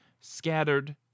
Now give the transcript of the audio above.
scattered